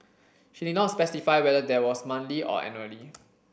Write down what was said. she did not specify whether that was monthly or annually